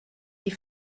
die